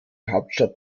hauptstadt